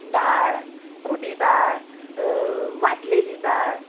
दाळ खुटी दाळ वांटलेली दाळ